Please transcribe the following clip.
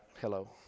hello